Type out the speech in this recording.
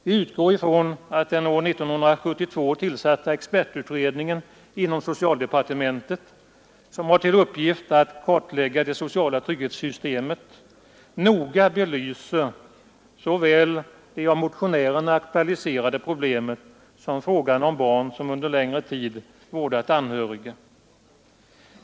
Vi utgår ifrån att den år 1972 tillsatta expertutredningen inom socialdepartementet, som har till uppgift att kartlägga det sociala trygghetssystemet, noga belyser såväl det av motionärerna aktualiserade problemet som frågan om barn vilka under längre tid vårdat anhöriga.